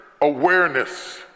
awareness